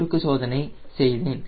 நான் குறுக்கு சோதனை செய்தேன்